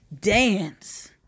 Dance